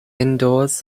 indoors